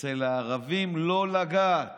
אצל הערבים, לא לגעת.